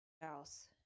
else